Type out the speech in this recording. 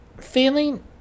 feeling